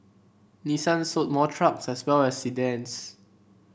Nissan sold more trucks as well as sedans